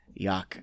yuck